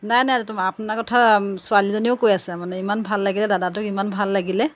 নাই নাই আপোনাৰ কথা ছোৱালীজনিয়েও কৈ আছে মানে ইমান ভাল লাগিলে দাদাটোক ইমান ভাল লাগিলে